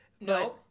no